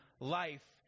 life